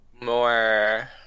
more